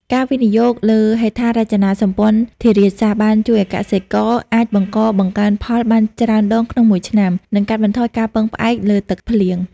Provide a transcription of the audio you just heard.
ការវិនិយោគលើហេដ្ឋារចនាសម្ព័ន្ធធារាសាស្ត្រ បានជួយឱ្យកសិករអាចបង្កបង្កើនផលបានច្រើនដងក្នុងមួយឆ្នាំ និងកាត់បន្ថយការពឹងផ្អែកលើទឹកភ្លៀង។